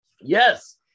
Yes